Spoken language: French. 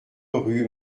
rue